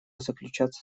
заключаться